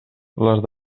les